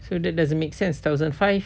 so that doesn't make sense thousand five